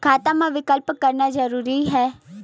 खाता मा विकल्प करना जरूरी है?